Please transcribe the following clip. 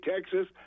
Texas